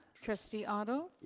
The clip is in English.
trustee otto?